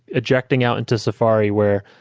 ejecting out into safari where,